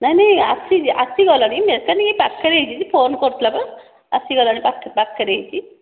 ନାଇଁ ନାଇଁ ଆସି ଆସିଗଲାଣି ମେକାନିକ ଏଇ ପାଖରେ ହୋଇଛି ଫୋନ୍ କରିଥିଲା ବା ଆସିଗଲାଣି ଏଇ ପାଖରେ ଏଇଠି